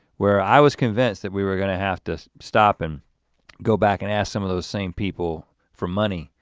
where i was convinced that we were gonna have to stop and go back and ask some of those same people for money.